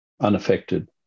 unaffected